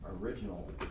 original